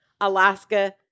Alaska